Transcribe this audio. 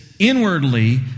Inwardly